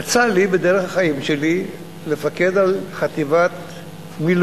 יצא לי בדרך החיים שלי לפקד על חטיבת מילואים,